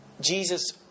Jesus